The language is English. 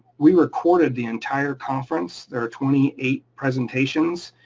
we recorded the entire conference, there are twenty eight presentations,